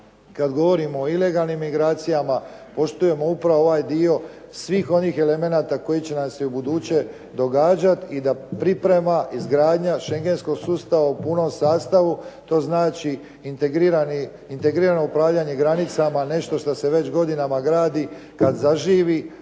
kada govorimo o ilegalnim imigracijama poštujemo upravo ovaj dio svih onih elemenata koji će nam se i u buduće događati i da priprema, izgradnja shengenskog sustava u punom sustavu to znači integrirano upravljanje granicama, nešto što se već godinama gradi kad zaživi,